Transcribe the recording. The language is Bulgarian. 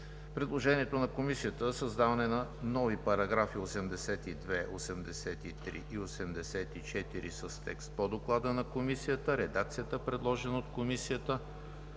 предложението на Комисията за създаването на нови параграфи 82, 83 и 84 с текст по Доклада на Комисията; редакцията, предложена от Комисията